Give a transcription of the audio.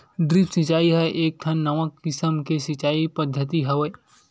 drip सिचई ह एकठन नवा किसम के सिचई पद्यति हवय